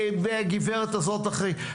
והגב' הזאת אחראית.